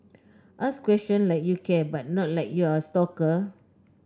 ask question like you care but not like you're a stalker